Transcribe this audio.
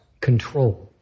control